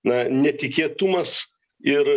na netikėtumas ir